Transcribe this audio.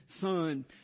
Son